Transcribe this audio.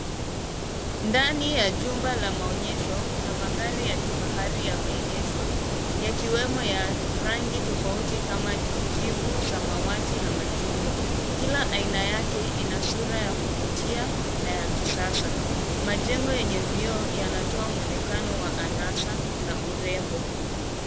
Ndani ya jumba la maonyesho kuna magari ya kifahari yameegeshwa. Yakiwemo ya rangi tofauti kama kijivu, samawati, na machungwa. Kila aina yake ina sura ya kuvutia na ya kisasa. Majengo yenye vioo yanatoa mwonekano wa anasa na urembo.